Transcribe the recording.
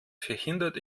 verhindert